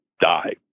die